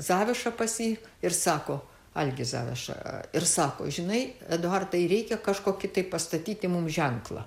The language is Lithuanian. zaviša pas jį ir sako algis zaviša ir sako žinai eduardai reikia kažkį tai pastatyti mums ženklą